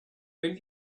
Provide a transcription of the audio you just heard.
when